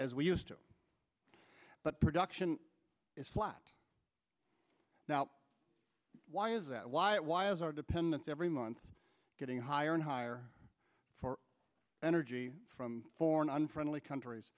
as we used to but production is flat now why is that why it was our dependence every month getting higher and higher for energy from foreign unfriendly countr